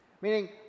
meaning